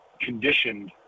conditioned